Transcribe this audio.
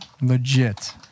legit